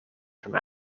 from